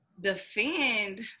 defend